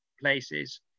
places